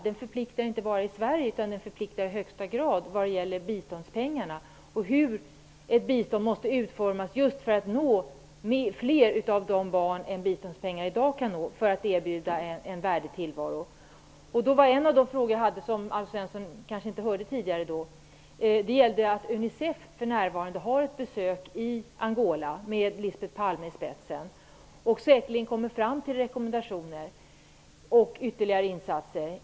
Den förpliktar inte bara här i Sverige utan även i högsta grad hur ett bistånd måste utformas just för att nå fler barn än biståndspengar i dag når för att erbjuda en värdig tillvaro. Jag ställde en fråga tidigare som Alf Svensson kanske inte hörde. Representanter för Unicef, med Lisbet Palme i spetsen, besöker för närvarande Angola. De kommer säkert att komma fram till rekommendationer för ytterligare insatser.